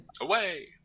Away